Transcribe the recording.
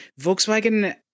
Volkswagen